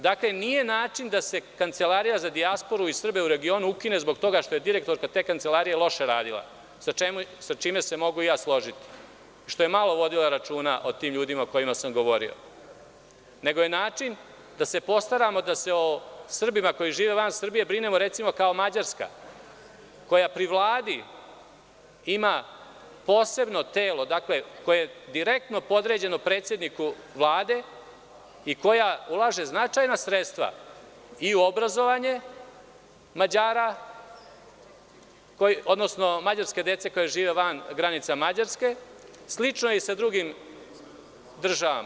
Dakle, nije način da se Kancelarija za dijasporu i Srbe u regionu ukine zbog toga što je direktorka te kancelarije loše radila, sa čime se mogu i ja složiti, što je malo vodila računa o tim ljudima o kojima sam govorio, nego je način da se postaramo da se o Srbima koji žive van Srbije, brinemo kao Mađarska koja pri Vladi ima posebno telo koje je direktno podređeno predsedniku Vlade i koja ulaže značajna sredstva i u obrazovanje Mađara, odnosno mađarske dece koja žive van granice Mađarske, a slično je i sa drugim državama.